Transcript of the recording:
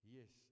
Yes